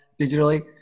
digitally